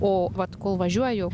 o vat kol važiuoju